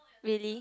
really